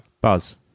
Buzz